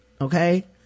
Okay